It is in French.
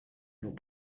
nos